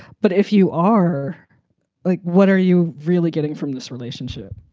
but if you are like, what are you really getting from this relationship?